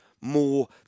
more